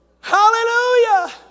Hallelujah